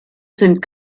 sind